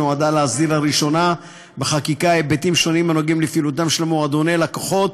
נועדה להסדיר לראשונה בחקיקה היבטים שונים של פעילות מועדוני לקוחות,